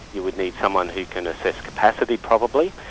you would need someone who can assess capacity probably,